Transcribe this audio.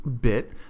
bit